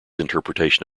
interpretation